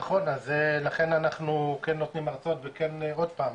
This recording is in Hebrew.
נכון לכן אנחנו כן נותנים הרצאות וכן אנחנו עוד פעם,